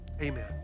Amen